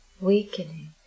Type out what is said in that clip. weakening